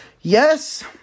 Yes